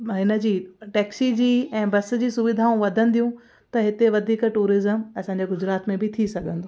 हिनजी टैक्सी जी ऐं बस जी सुविधाऊं वधंदियूं त हिते वधीक टूरिज्म असांजे गुजरात में बि थी सघंदो